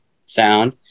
sound